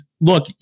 look